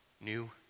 new